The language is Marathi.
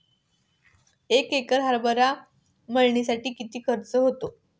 एक एकर हरभरा मळणीसाठी किती खर्च होतो?